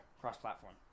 cross-platform